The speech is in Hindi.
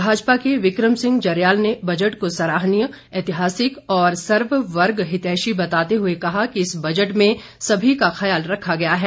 भाजपा के विक्रम सिंह जरियाल ने बजट को सराहनीय ऐतिहासिक और सर्व वर्ग हितैषी बताते हुए कहा कि इस बजट में सभी का ख्याल रखा गया है